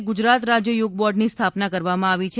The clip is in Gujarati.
ગુજરાત રાજ્ય થોગ બોર્ડ ની સ્થાપના કરવામાં આવી છે